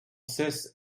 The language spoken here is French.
cesse